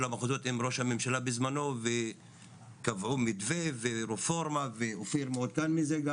המחוזות עם ראש הממשלה בזמנו וקבעו מתווה ורפורמה ואופיר מעודכן בזה גם